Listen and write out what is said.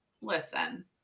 listen